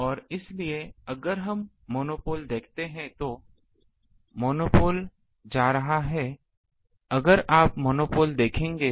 और इसलिए अगर हम मोनोपोल देखते हैं तो मोनोपोल जा रहा है अगर आप मोनोपोल देखेंगे